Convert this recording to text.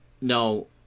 No